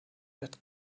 that